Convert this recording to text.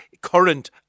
current